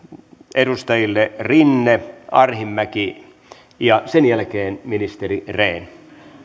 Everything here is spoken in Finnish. edustajille rinne arhinmäki ja sen jälkeen ministeri rehn